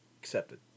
Accepted